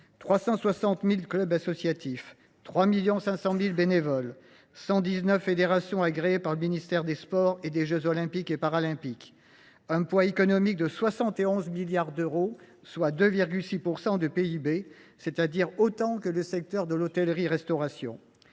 360 000 clubs associatifs, 3,5 millions de bénévoles, 119 fédérations agréées par le ministère des sports et des jeux Olympiques et Paralympiques et un poids économique de 71 milliards d’euros, soit 2,6 % du PIB – autant que le secteur de l’hôtellerie restauration